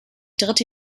dritte